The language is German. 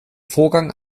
vorgang